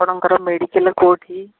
ଆପଣଙ୍କର ମେଡ଼ିକାଲ୍ କେଉଁଠି